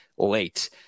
Late